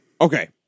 Okay